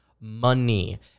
money